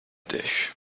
dish